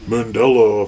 Mandela